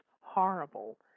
horrible